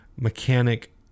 mechanic